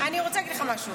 אני רוצה להגיד לך משהו,